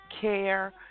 care